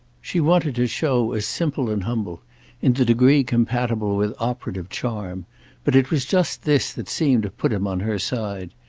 she wanted to show as simple and humble in the degree compatible with operative charm but it was just this that seemed to put him on her side.